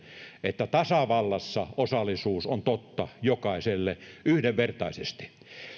että tasavallassa osallisuus on totta jokaiselle yhdenvertaisesti